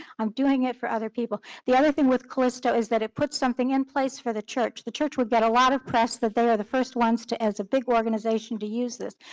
i'm doing it for other people. the other thing with callisto is that it puts something in place for the church, the church would get a lot of press that they are the first ones to as a big organization to use this.